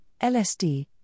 LSD